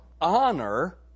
honor